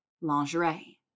Lingerie